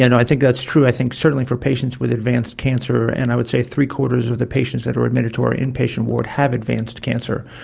and i think that's true. i think certainly for patients with advanced cancer, and i would say three-quarters of the patients that are admitted to our inpatient ward have advanced cancer,